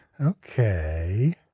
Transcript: Okay